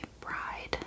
Bride